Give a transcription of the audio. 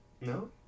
No